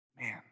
man